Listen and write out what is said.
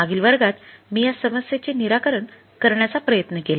मागील वर्गात मी या समस्येचे निराकरण करण्याचा प्रयत्न केला